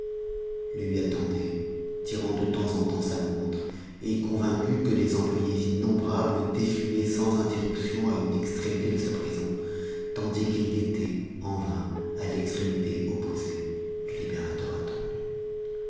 lui attendait tirant de temps en temps sa montre et convaincu que des employés innombrables défilaient sans interruption à une extrémité de sa prison tandis qu'il guettait en vain à l'extrémité opposée le libérateur attendu